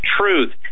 truth